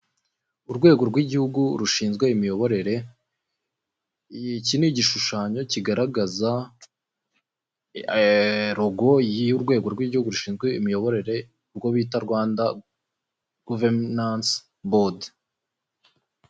urwego rw'igihugu gishinzwe imiyoborere iki ni igishushanyo kigaragaza rogo y'urwego rw'igihugu rushinzwe imiyoborere urwo bita Rwanda governance board